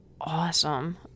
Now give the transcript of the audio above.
awesome